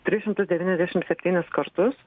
tris šimtus devyniasdešim septynis kartus